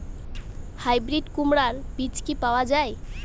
Hybrid কুমড়ার বীজ কি পাওয়া য়ায়?